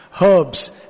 herbs